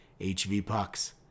HVPucks